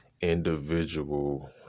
individual